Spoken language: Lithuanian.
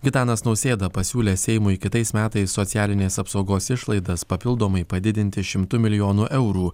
gitanas nausėda pasiūlė seimui kitais metais socialinės apsaugos išlaidas papildomai padidinti šimtu milijonų eurų